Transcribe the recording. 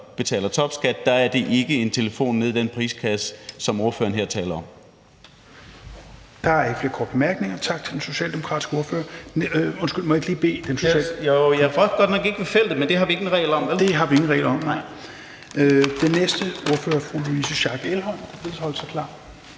betaler topskat – er det ikke en telefon nede i den prisklasse, som ordføreren her taler om.